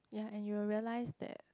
ya and you will realise that